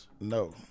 No